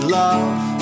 love